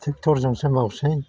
ट्रेक्टरजोंसो मावोसै